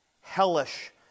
hellish